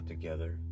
together